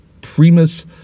primus